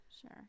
Sure